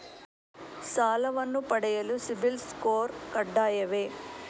ಸಾಲವನ್ನು ಪಡೆಯಲು ಸಿಬಿಲ್ ಸ್ಕೋರ್ ಕಡ್ಡಾಯವೇ?